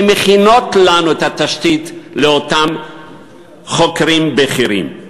שמכינות לנו את התשתית לאותם חוקרים בכירים.